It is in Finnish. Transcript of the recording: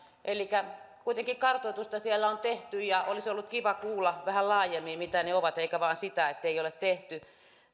elikkä kuitenkin kartoitusta siellä on tehty ja olisi ollut kiva kuulla vähän laajemmin mitä ne ovat eikä vain sitä ettei ole tehty